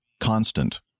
constant